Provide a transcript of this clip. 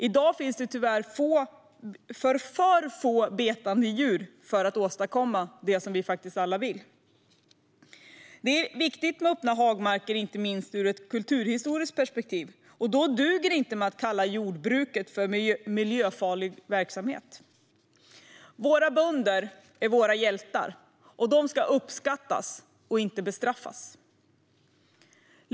I dag finns det tyvärr för få betande djur för att åstadkomma det som vi alla vill. Det är viktigt med öppna hagmarker, inte minst ur ett kulturhistoriskt perspektiv, och då duger det inte att kalla jordbruket för miljöfarlig verksamhet. Våra bönder är våra hjältar, och de ska uppskattas, inte bestraffas.